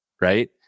right